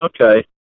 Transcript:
Okay